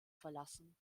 verlassen